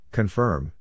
Confirm